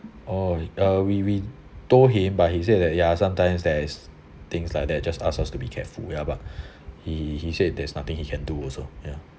oh uh we we told him but he said that ya sometimes there's things like that just asked us to be careful ya but he he said there's nothing he can do also ya